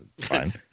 fine